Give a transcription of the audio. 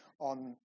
on